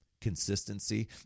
consistency